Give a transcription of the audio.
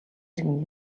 эргэн